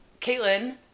Caitlin